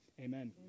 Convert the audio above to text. Amen